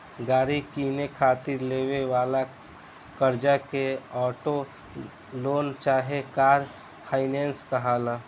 गाड़ी किने खातिर लेवे वाला कर्जा के ऑटो लोन चाहे कार फाइनेंस कहाला